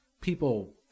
people